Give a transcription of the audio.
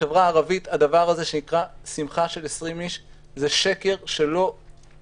ובחברה הערבית הדבר הזה שנקרא שמחה של 20 אנשים זה שקר שלא קורה.